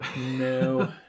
No